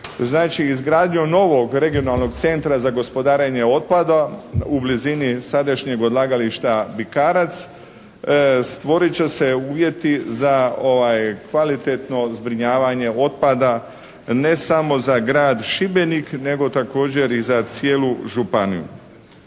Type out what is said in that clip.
izgradnju novog regionalnog centra za gospodarenje otpada u blizini sadašnjeg odlagališta Bikarac, stvorit će se uvjeti za kvalitetno zbrinjavanje otpada ne samo za grad Šibenik nego također i za cijelu županiju.